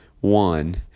one